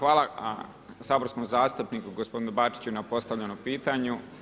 Hvala saborskom zastupniku gospodinu Bačiću na postavljenom pitanju.